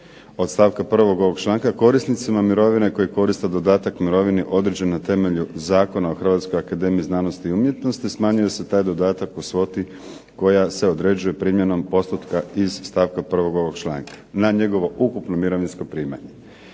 od stavka 1. ovog članka korisnicima mirovine koje koriste dodatak mirovini određen na temelju Zakona o Hrvatskoj akademiji znanosti i umjetnosti, smanjuje se taj dodatak u svoti koja se određuje primjenom postotka iz stavka 1. ovog članka, na njegovo ukupno mirovinsko primanje.